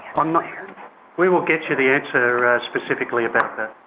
um we will get you the answer specifically about that.